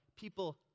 People